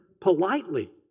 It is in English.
politely